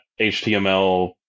HTML